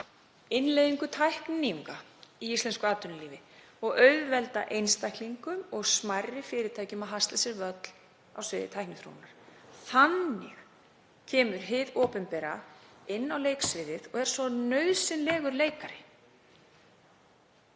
innleiðingu tækninýjunga í íslensku atvinnulífi og auðvelda einstaklingum og smærri fyrirtækjum að hasla sér völl á sviði tækniþróunar. Þannig kemur hið opinbera inn á leiksviðið og er svo nauðsynlegur leikari.